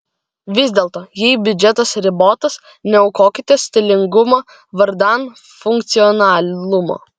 vis dėlto jei biudžetas ribotas neaukokite stilingumo vardan funkcionalumo